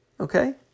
Okay